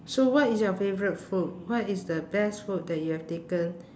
so what is your favourite food what is the best food that you have taken